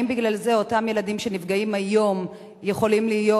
האם בגלל זה אותם ילדים שנפגעים היום יכולים להיות,